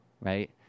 right